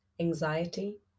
anxiety